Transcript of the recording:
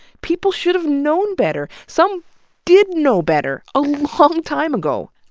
people should have known better some did know better a long time ago.